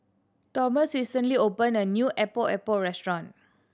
Tomas recently opened a new Epok Epok restaurant